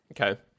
okay